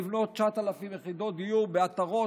לבנות 9,000 יחידות דיור בעטרות,